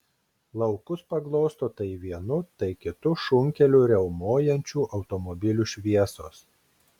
laukus paglosto tai vienu tai kitu šunkeliu riaumojančių automobilių šviesos